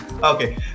okay